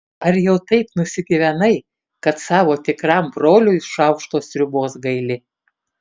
ar jau taip nusigyvenai kad savo tikram broliui šaukšto sriubos gaili